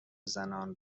زنان